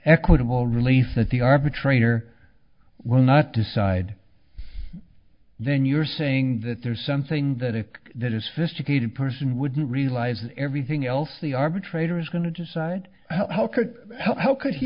equitable relief that the arbitrator will not decide then you're saying that there's something that if that is fist a good person wouldn't realize everything else the arbitrator is going to decide how could how could he